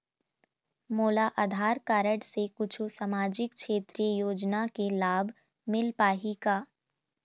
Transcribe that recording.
मोला आधार कारड से कुछू सामाजिक क्षेत्रीय योजना के लाभ मिल पाही का?